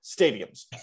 stadiums